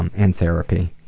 um and therapy,